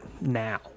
now